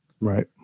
Right